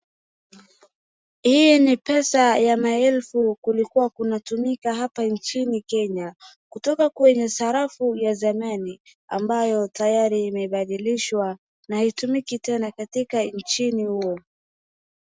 Hii ni pesa ya maelfu kulikuwa kunatumika hapa nchini Kenya. Kutoka kwenye sarafu ya zamani ambayo tayari imebadilishwa na haitumiki tena katika nchini huo.